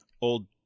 old